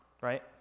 right